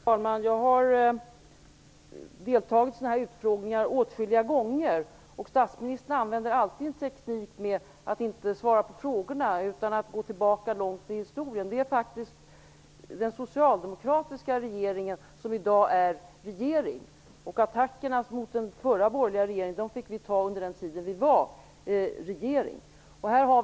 Fru talman! Jag har deltagit i sådana här utfrågningar åtskilliga gånger, och statsministern använder alltid tekniken att inte svara på frågorna utan att i stället gå långt tillbaka i historien. Det är faktiskt den socialdemokratiska regeringen som i dag är regering. Attackerna mot den förra borgerliga regeringen fick vi ta under vår tid i regeringsställning.